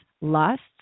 lusts